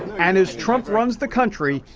and as trump runs the country,